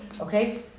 okay